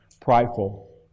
prideful